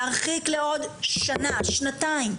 להרחיק לעוד שנה, שנתיים.